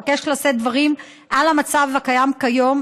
אבקש לשאת דברים על המצב הקיים כיום,